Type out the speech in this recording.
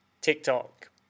TikTok